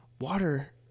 Water